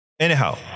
Anyhow